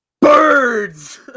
birds